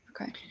Okay